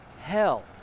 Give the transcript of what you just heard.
hell